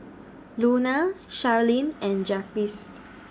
Lona Sherilyn and Jaquez